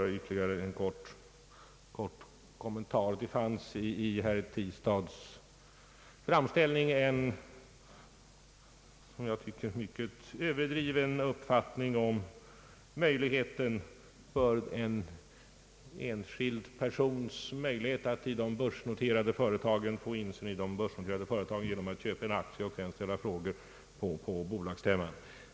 Ytterligare bara en kort kommentar. Det fanns i herr Tistads framställning en som jag tycker överdriven uppfattning om en enskild persons möjlighet alt få insyn i de börsnoterade företagen genom att köpa en aktie och sedan ställa frågor på bolagsstämman.